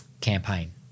campaign